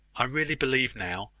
i really believe now,